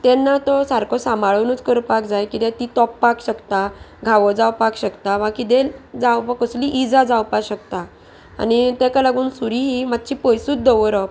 तेन्ना तो सारको सांबाळूनच करपाक जाय किद्याक ती तोपपाक शकता घावो जावपाक शकता वा किदें जावपाक कसली इजा जावपाक शकता आनी तेका लागून सुरी ही मातशी पयसूच दवरप